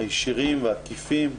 הישירים והעקיפים.